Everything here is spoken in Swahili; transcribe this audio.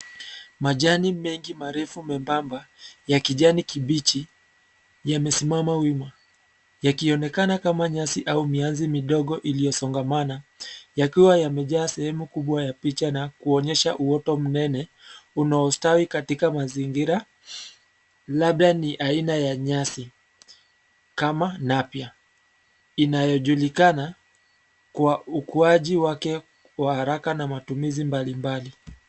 Majani mengi, marefu, mebamba ya kijani kibichi yamesimama wima, yakionekana kama nyasi au mianzi midogo iliyosongamana yakiwa yamejaa sehumu kubwa ya picha na kuonyesha uoto mnene unaostwi katika mazingira, labda ni aina ya nyasi kama napier inayojulikana kwa ukuaji wake wa haraka na matumizi mbalimbali.